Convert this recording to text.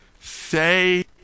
say